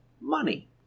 money